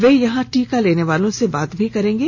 वे यहां टीका लेने वालों से बात भी करेंगे